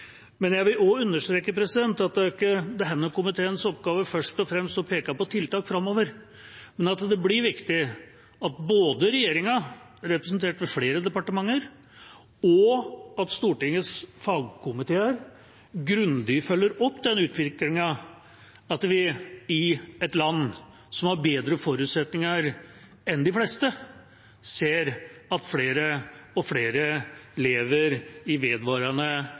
er denne komiteens oppgave først og fremst å peke på tiltak framover, men at det blir viktig at både regjeringa – representert ved flere departementer – og Stortingets fagkomiteer grundig følger opp den utviklingen med at vi i et land som har bedre forutsetninger enn de fleste, ser at flere og flere lever i vedvarende